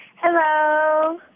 Hello